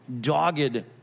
dogged